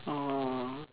oh